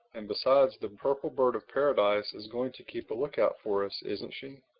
and besides the purple bird-of-paradise is going to keep a lookout for us, isn't she?